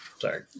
Sorry